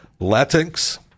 Latinx